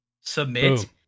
submit